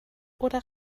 oder